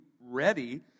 ready